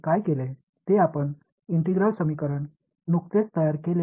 ஆனால் அவற்றை எவ்வாறு தீர்ப்பது என்பதை பார்க்கவில்லை